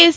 S